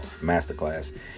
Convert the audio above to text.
Masterclass